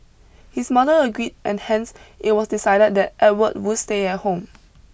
his mother agreed and hence it was decided that Edward would stay at home